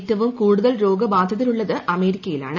ഏറ്റവും കൂടുതൽ രോഗബാധിതരുള്ളത് അമേരിക്കയിലാണ്